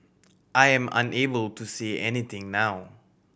I am unable to say anything now